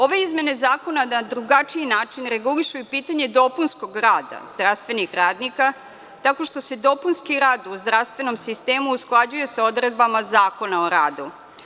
Ove izmene zakona na drugačije načine regulišu i pitanje dopunskog rada zdravstvenih radnika, tako što se dopunski rad u zdravstvenom sistemu usklađuje sa odredbama Zakona o radu.